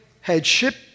headship